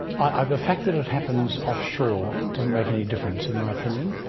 ah the fact that it happens offshore doesn't make any difference in my opinion.